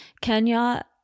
Kenya